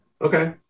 Okay